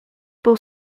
pour